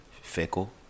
Fickle